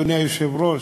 אדוני היושב-ראש?